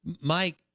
Mike